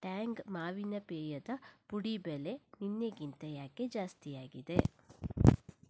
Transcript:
Tang ಮಾವಿನ ಪೇಯದ ಪುಡಿ ಬೆಲೆ ನಿನ್ನೆಗಿಂತ ಯಾಕೆ ಜಾಸ್ತಿಯಾಗಿದೆ